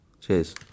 Cheers